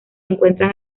encuentran